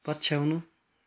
पछ्याउनु